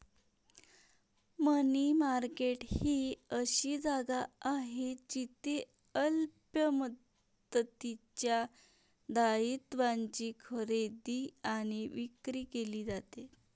मनी market ही अशी जागा आहे जिथे अल्प मुदतीच्या दायित्वांची खरेदी आणि विक्री केली जाते